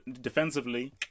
defensively